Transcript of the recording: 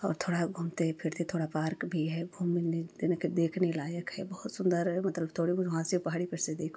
और थोड़ा घूमते फिरते थोड़ा पार्क भी है घूमने याने कि देखने लायक है बहुत सुन्दर है मतलब थोड़ी बहुत वहाँ से पहाड़ी पर से देखो